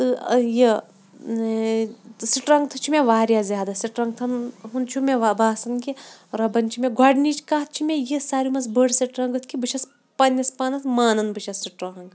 تہٕ یہِ تہٕ سٕٹرٛنٛگتھٕ چھِ مےٚ واریاہ زیادٕ سٕٹرٛنٛگتھَن ہُنٛد چھُ وَ باسان کہِ رۄبَن چھِ مےٚ گۄڈنِچ کَتھ چھِ مےٚ یہِ ساروے منٛز بٔڑ سٕٹرٛنٛگٕتھ کہِ بہٕ چھَس پنٛنِس پانَس مانان بہٕ چھَس سٕٹرٛانٛگ